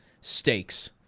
stakes